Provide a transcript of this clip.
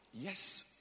Yes